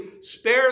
spare